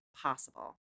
possible